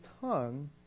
tongue